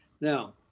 Now